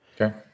Okay